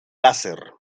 láser